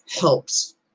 helps